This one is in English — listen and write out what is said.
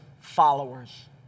followers